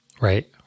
Right